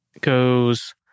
goes